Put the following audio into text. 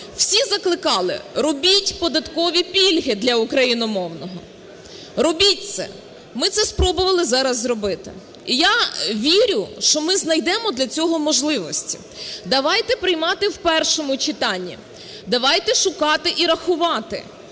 Всі закликали: робіть податкові пільги для україномовного, робіть це. Ми це спробували зараз зробити, і я вірю, що ми знайдемо для цього можливості. Давайте приймати в першому читанні. Давайте шукати і рахувати,